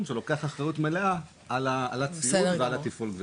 שלוקח אחריות מלאה על הציוד ועל התפעול.